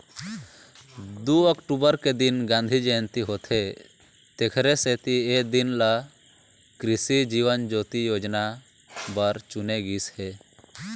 दू अक्टूबर के दिन गांधी जयंती होथे तेखरे सेती ए दिन ल कृसि जीवन ज्योति योजना बर चुने गिस हे